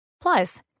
Plus